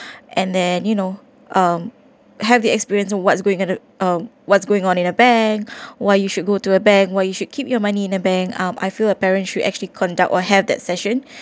and then you know um have the experience of what's going on um what's going on in a bank why you should go to a bank why you should keep your money in the bank um I feel like parents should actually conduct or have that session